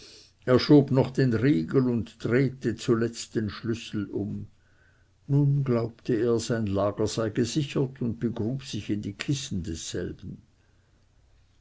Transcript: er schob noch den riegel und drehte zuletzt den schlüssel um nun glaubte er sein lager gesichert und begrub sich in die kissen desselben